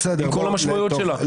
עם כל המשמעויות שלה,